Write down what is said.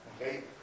okay